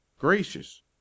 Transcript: gracious